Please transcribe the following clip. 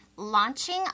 launching